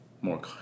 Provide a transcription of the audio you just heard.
more